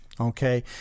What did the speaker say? Okay